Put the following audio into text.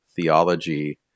theology